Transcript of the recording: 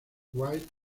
wright